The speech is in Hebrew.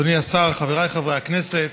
אדוני השר, חבריי חברי הכנסת,